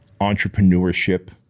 entrepreneurship